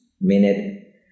minute